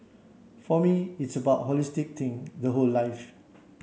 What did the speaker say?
for me it's about holistic thing the whole life